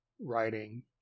writing